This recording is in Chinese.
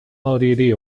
奥地利